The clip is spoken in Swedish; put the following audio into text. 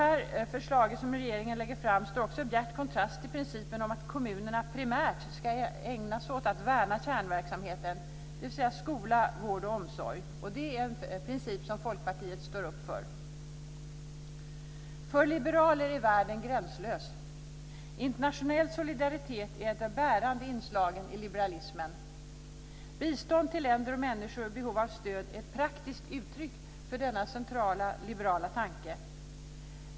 Det förslag som regeringen lägger fram står också i bjärt konstrast till principen om att kommunerna primärt ska ägna sig åt att värna kärnverksamheten, dvs. skola, vård och omsorg. Det är en princip som Folkpartiet står upp för. För liberaler är världen gränslös. Internationell solidaritet är ett av de bärande inslagen i liberalismen. Bistånd till länder och människor i behov av stöd är ett praktiskt uttryck för denna centrala liberala tanke.